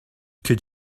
could